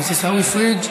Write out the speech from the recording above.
חבר הכנסת עיסאווי פריג'.